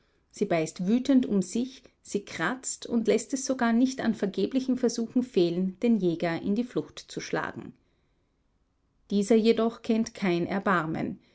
sie beißt wütend um sich sie kratzt und läßt es sogar nicht an vergeblichen versuchen fehlen den jäger in die flucht zu schlagen dieser jedoch kennt kein erbarmen